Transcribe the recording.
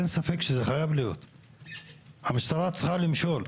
אין ספק שהמשטרה צריכה למשול.